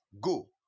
Go